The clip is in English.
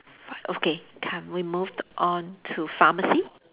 okay come we move on to pharmacy